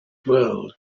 world